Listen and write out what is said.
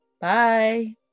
bye